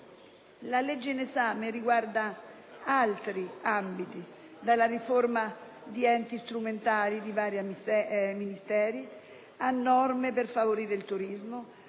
La legge in esame riguarda numerosi altri ambiti: dalla riforma di enti strumentali di vari Ministeri, a norme per favorire il turismo,